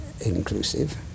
inclusive